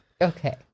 Okay